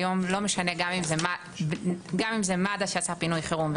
לא משנה אם זה מד"א שעשה את פינוי החירום או